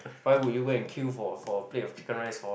why would you go and kill for for a plate of chicken rice for